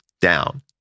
down